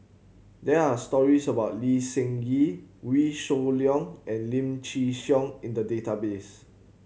there are stories about Lee Seng Gee Wee Shoo Leong and Lim Chin Siong in the database